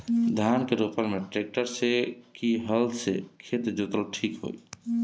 धान के रोपन मे ट्रेक्टर से की हल से खेत जोतल ठीक होई?